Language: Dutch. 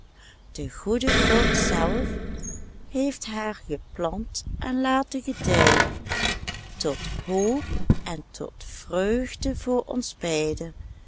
de goede god zelf heeft haar geplant en laten gedijen tot hoop en tot vreugde voor ons beiden